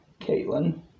Caitlin